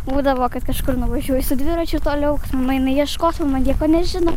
būdavo kad kažkur nuvažiuoji su dviračiu toliau kad mama eina ieškot mama nieko nežino